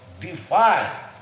defy